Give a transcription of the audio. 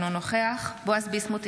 אינו נוכח בועז ביסמוט,